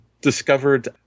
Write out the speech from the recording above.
discovered